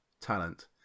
talent